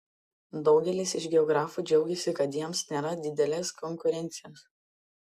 daugelis iš geografų džiaugiasi kad jiems nėra didelės konkurencijos